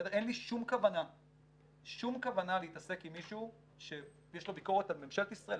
אין לי שום כוונה להתעסק עם מישהו שיש לו ביקורת על ממשלת ישראל,